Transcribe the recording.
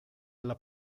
alla